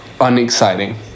unexciting